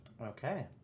okay